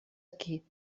aquí